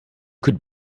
could